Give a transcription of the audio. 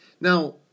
Now